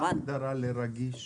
מה ההגדרה ל"רגיש"?